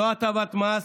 לא הטבת מס,